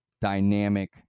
dynamic